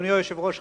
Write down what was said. אדוני היושב-ראש,